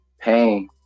pain